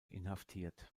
inhaftiert